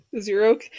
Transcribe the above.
Zero